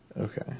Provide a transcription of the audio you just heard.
Okay